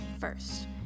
first